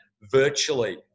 virtually